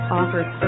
offers